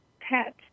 pet